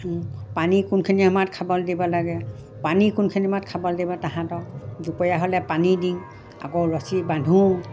পানী কোনখিনি সময়ত খাবলৈ দিব লাগে পানী কোনখিনি সময়ত খাবলৈ দিব তাহাঁতক দুপৰীয়া হ'লে পানী দি আকৌ ৰছী বান্ধো